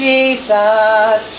Jesus